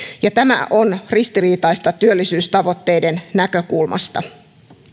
ja tämä on ristiriitaista työllisyystavoitteiden näkökulmasta